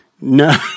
No